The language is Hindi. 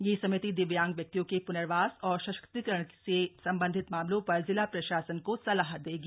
यह समिति दिव्यांग व्यक्तियों के प्नर्वास और सशक्तिकरण से सम्बन्धित मामलों पर जिला प्रशासन को सलाह देगी